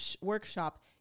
workshop